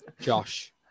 Josh